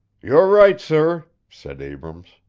you're right, sir, said abrams.